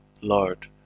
Lord